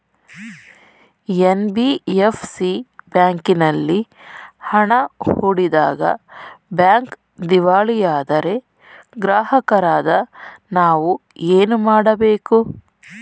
NBFC ಬ್ಯಾಂಕಿನಲ್ಲಿ ಹಣ ಹೂಡಿದಾಗ ಬ್ಯಾಂಕ್ ದಿವಾಳಿಯಾದರೆ ಗ್ರಾಹಕರಾದ ನಾವು ಏನು ಮಾಡಬೇಕು?